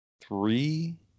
three